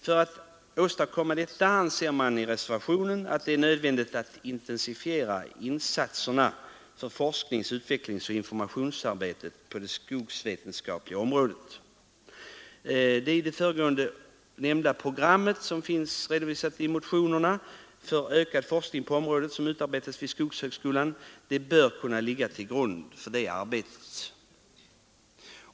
För att åstadkomma detta är det enligt reservanternas mening nödvändigt att intensifiera insatserna för forsknings-, utvecklingsoch informationsarbetet på det skogsvetenskapliga området. Det i motionen redovisade programmet för ökad forskning, som utarbetats vid skogshögskolan, bör kunna ligga till grund för det arbetet.